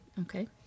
Okay